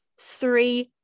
three